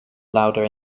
louder